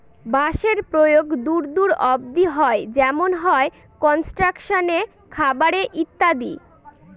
বাঁশের প্রয়োগ দূর দূর অব্দি হয় যেমন হয় কনস্ট্রাকশনে, খাবারে ইত্যাদি